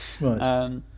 Right